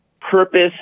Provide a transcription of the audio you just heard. purpose